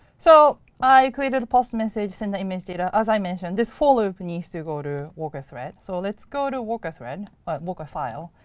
so i created the post message, send the image data, as i mentioned. this follow-up needs to go to worker thread. so let's go to worker thread worker file.